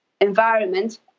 environment